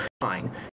Fine